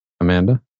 Amanda